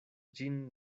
ĝin